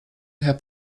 herr